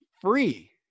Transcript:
free